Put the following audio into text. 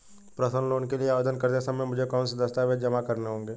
Personal loan के लिए आवेदन करते समय मुझे कौन से दस्तावेज़ जमा करने होंगे?